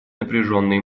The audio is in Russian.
напряженные